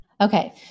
Okay